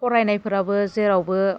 फरायनायफोराबो जेरावबो